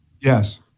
Yes